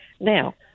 Now